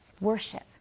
worship